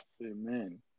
Amen